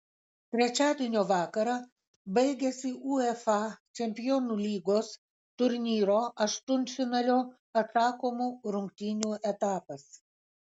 trečiadienio vakarą baigėsi uefa čempionų lygos turnyro aštuntfinalio atsakomų rungtynių etapas